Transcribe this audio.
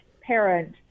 parent